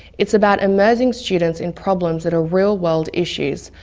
it's about immersing students in problems that are real world issues,